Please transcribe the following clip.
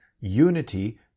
unity